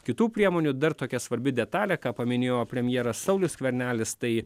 kitų priemonių dar tokia svarbi detalė ką paminėjo premjeras saulius skvernelis tai